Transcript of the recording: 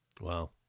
Wow